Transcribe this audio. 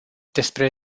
despre